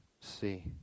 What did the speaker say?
see